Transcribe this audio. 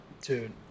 Dude